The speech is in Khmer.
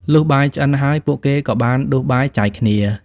លុះបាយឆ្អិនហើយ ពួកគេក៏បានដួសបាយចែកគ្នា។